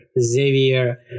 Xavier